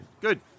good